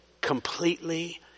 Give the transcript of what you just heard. completely